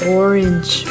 orange